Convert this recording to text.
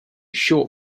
short